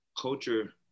culture